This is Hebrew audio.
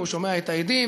והוא שומע את העדים,